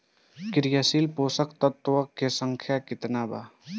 क्रियाशील पोषक तत्व के संख्या कितना बा?